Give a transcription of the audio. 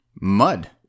mud